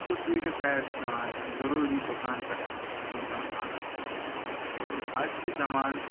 سُہ پیورِفایَر چھُ پیٚوان اَسہ ضوٚروٗری دُکان پیٚٹھ پونٛسَن اَنُن تہٕ أزۍکہِ زَمان